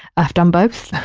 i've done both.